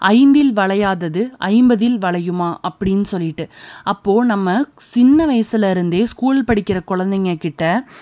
ஐந்தில் வளையாதது ஐம்பதில் வளையுமா அப்படின்னு சொல்லிட்டு அப்போது நம்ம சின்ன வயதுலேருந்தே ஸ்கூல் படிக்கிற குழந்தைங்கக்கிட்ட